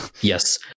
Yes